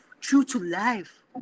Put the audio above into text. true-to-life